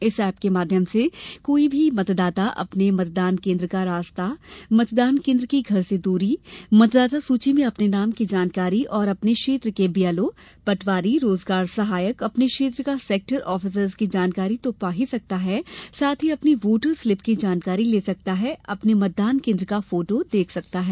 इस एप के माध्यम से कोई भी मतदाता अपने मतदान केन्द्र का रास्ता मतदान केन्द्र की घर से दूरी मतदाता सूची में अपने नाम की जानकारी और अपने क्षेत्र के बीएलओ पटवारी रोजगार सहायक अपने क्षेत्र का सेक्टर आफिसर्स की जानकारी तो पा ही सकता है साथ ही अपनी वोटर स्लिप की जानकारी ले सकता है अपने मतदान केन्द्र का फोटो देख सकता है